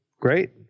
great